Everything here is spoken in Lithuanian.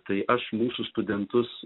tai aš mūsų studentus